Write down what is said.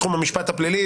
בתחום המשפט הפלילי,